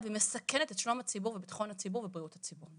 ומסכנת את שלום הציבור וביטחון הציבור ובריאות הציבור.